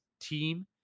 team